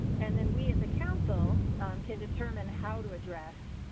and then we, as a council can determine how to address.